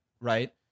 Right